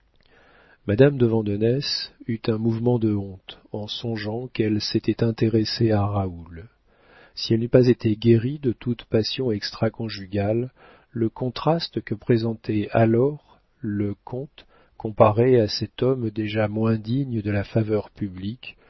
madame de vandenesse eut un mouvement de honte en songeant qu'elle s'était intéressée à raoul si elle n'eût pas été guérie de toute passion extra conjugale le contraste que présentait alors le comte comparé à cet homme déjà moins digne de la faveur publique